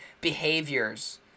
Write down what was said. behaviors